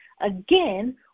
Again